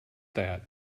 that